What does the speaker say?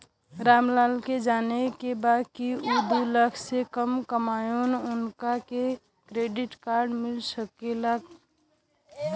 राम लाल के जाने के बा की ऊ दूलाख से कम कमायेन उनका के क्रेडिट कार्ड मिल सके ला?